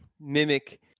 mimic